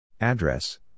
Address